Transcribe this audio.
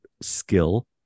skill